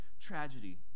tragedy